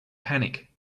panic